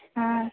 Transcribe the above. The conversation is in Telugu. ఆ